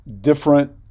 different